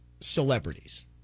celebrities